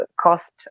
cost